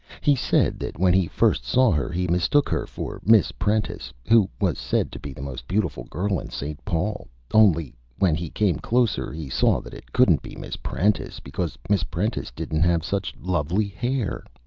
he said that when he first saw her he mistook her for miss prentice, who was said to be the most beautiful girl in st. paul, only, when he came closer, he saw that it couldn't be miss prentice, because miss prentice didn't have such lovely hair.